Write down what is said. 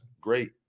great